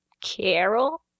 Carol